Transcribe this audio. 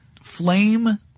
flame